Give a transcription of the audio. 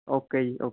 okay ji okay